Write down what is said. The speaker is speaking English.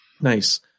Nice